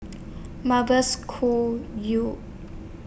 Mavis Khoo YOU